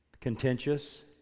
contentious